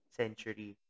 century